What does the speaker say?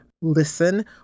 listen